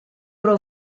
prou